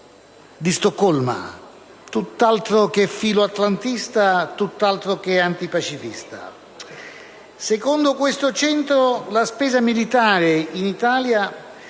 institute*", tutt'altro che filoatlantista e antipacifista. Secondo questo centro, la spesa militare in Italia